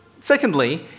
secondly